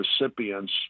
recipients